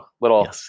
little